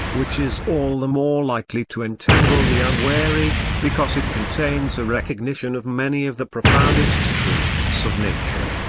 which is all the more likely to entangle the unwary, because it contains a recognition of many of the profoundest truths of nature.